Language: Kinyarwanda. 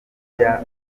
ijya